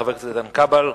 חבר הכנסת איתן כבל,